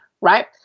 right